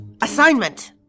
assignment